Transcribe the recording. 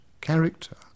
character